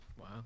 Wow